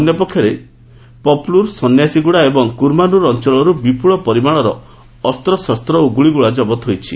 ଅନ୍ୟପକ୍ଷରେ ପପୁଲୁର ସନ୍ୟାସୀଗୁଡା ଏବଂ କୁରମାନୁର ଅଂଚଳରୁ ବିପୁଳ ପରିମାଣର ଅସ୍ଚଶସ୍ଚ ଓ ଗୁଳିଗୋଳା ଜବତ କରିଛି